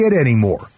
anymore